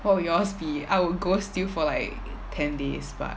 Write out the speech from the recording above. what would yours be I would ghost you for like ten days but